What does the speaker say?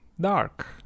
dark